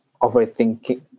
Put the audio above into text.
overthinking